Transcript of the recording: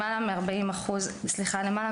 למעלה מ-73% הודו,